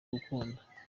gukunda